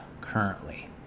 currently